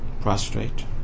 prostrate